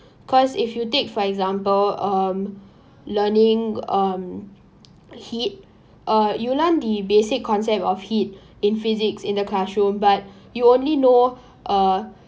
cause if you take for example um learning um heat uh you learn the basic concept of heat in physics in the classroom but you only know uh